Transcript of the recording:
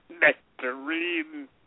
Nectarine